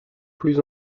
plus